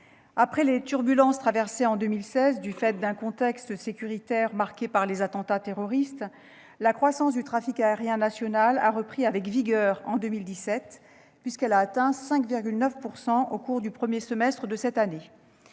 Après les turbulences traversées en 2016, du fait d'un contexte sécuritaire marqué par les attentats terroristes, la croissance du trafic aérien national a repris avec vigueur en 2017, puisqu'elle a atteint 5,9 % au cours du premier semestre de cette année.